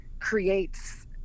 creates